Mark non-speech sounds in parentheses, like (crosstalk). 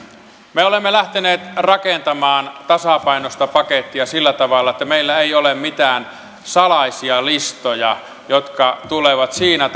me olemme lähteneet rakentamaan tasapainoista pakettia sillä tavalla että meillä ei ole mitään salaisia listoja jotka tulevat siinä (unintelligible)